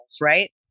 right